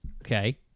Okay